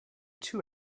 two